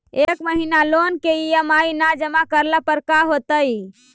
एक महिना लोन के ई.एम.आई न जमा करला पर का होतइ?